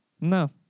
no